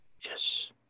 yes